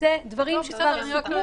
זה דברים שכבר סוכמו.